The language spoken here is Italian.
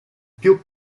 più